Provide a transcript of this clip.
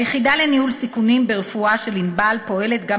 היחידה לניהול סיכונים ברפואה של "ענבל" פועלת גם